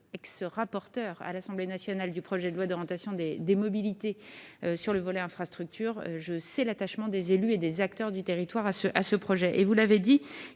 rapporteure à l'Assemblée nationale du projet de loi d'orientation des mobilités sur le volet infrastructures, je sais l'attachement des élus et des acteurs du territoire à ce projet. Vous l'avez